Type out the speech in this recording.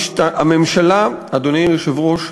הממשלה, אדוני היושב-ראש,